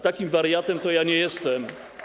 Takim wariatem to ja nie jestem.